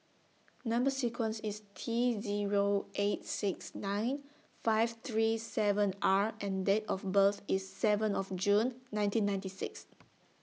Number sequence IS T Zero eight six nine five three seven R and Date of birth IS seven of June nineteen ninety six